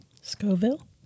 Scoville